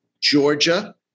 Georgia